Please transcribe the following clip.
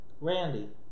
Randy